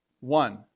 One